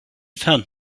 found